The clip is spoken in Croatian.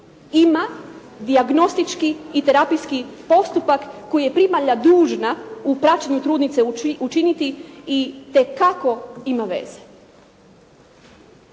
ima dijagnostički i terapijski postupak koji je primalja dužna u praćenju trudnice učiniti, itekako ima veze.